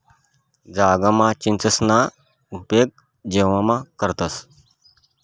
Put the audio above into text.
जगमा चीचसना उपेग जेवणमा करतंस